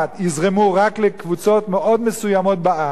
יזרמו רק לקבוצות מאוד מסוימות בעם,